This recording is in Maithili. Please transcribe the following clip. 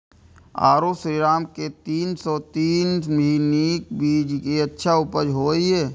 आरो श्रीराम के तीन सौ तीन भी नीक बीज ये अच्छा उपज होय इय?